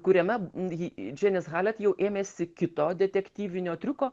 kuriame ji džianis halet jau ėmėsi kito detektyvinio triuko